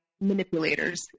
manipulators